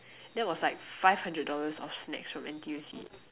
that was like five hundred dollars of snacks from N_T_U_C